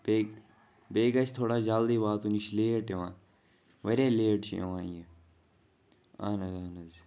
بیٚیہِ بیٚیہِ گَژھہِ تھوڑا جلدی واتُن یہِ چھُ لیٹ یِوان واریاہ لیٹ چھُ یِوان یہِ اہن حظ اہن حظ